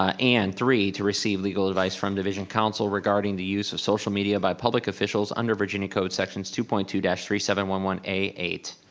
and three, to receive legal advice from division council regarding the use of social media by public officials under virginia code sections two point two three seven one one a eight.